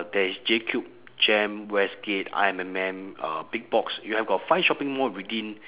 there is J cube jem westgate I_M_M uh big box you have got five shopping mall within